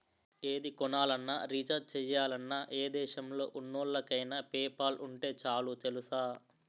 ఏది కొనాలన్నా, రీచార్జి చెయ్యాలన్నా, ఏ దేశంలో ఉన్నోళ్ళకైన పేపాల్ ఉంటే చాలు తెలుసా?